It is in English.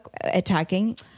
attacking